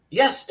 yes